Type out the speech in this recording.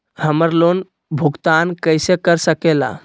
हम्मर लोन भुगतान कैसे कर सके ला?